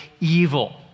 evil